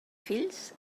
fills